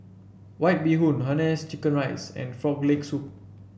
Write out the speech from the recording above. White Bee Hoon Hainanese Chicken Rice and Frog Leg Soup